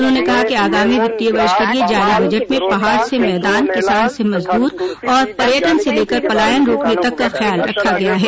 उन्होंने कहा कि आगामी वित्तीय वर्ष के लिए जारी बजट में पहाड़ से मैदान किसान से मजदूर और पर्यटन से लेकर पलायन रोकने तक का ख्याल रखा गया है